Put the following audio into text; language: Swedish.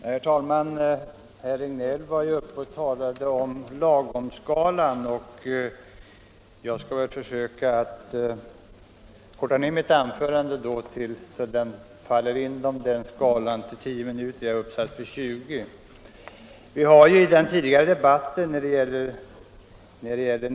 Herr talman! Herr Regnéll talade i sitt anförande om lagomskalan. Jag skall försöka korta ned mitt anförande till 10 minuter — jag är uppsatt för 20 minuter — så att det ryms inom den skalan.